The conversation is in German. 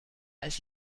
als